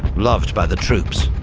loved by the troops.